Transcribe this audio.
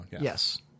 Yes